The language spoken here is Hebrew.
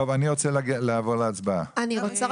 בבקשה.